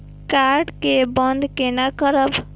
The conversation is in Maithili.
कार्ड के बन्द केना करब?